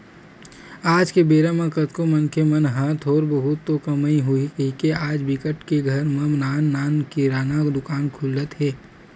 आज के बेरा म कतको मनखे मन ह थोर बहुत तो कमई होही कहिके आज बिकट के घर म नान नान किराना दुकान खुलत हे